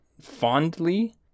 fondly